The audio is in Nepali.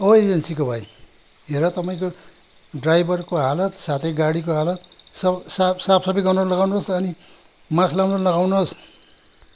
ओ एजेन्सीको भाइ हेर तपाईँको ड्राइभरको हालात साथै गाडीको हालत सब साफ साफसफाइ गर्नु लगाउनुहोस् अनि माक्स लाउन लगाउनुहोस्